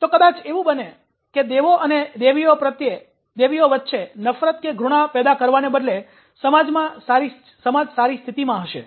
તો કદાચ એવું બને કે દેવો અને દેવીઓ વચ્ચે નફરતઘૃણા પેદા કરવાને બદલે સમાજ સારી સ્થિતિમાં હશે